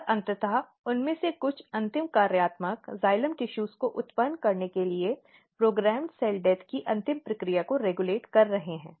और अंततः उनमें से कुछ अंतिम कार्यात्मक जाइलम टिशूज को उत्पन्न करने के लिए क्रमादेशित कोशिका मृत्यु की अंतिम प्रक्रिया को रेगुलेट कर रहे हैं